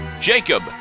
Jacob